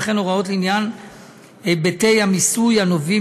וכן הוראות לעניין היבטי המיסוי הנובעים